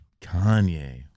Kanye